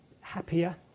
happier